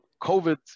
COVID